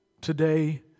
Today